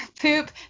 poop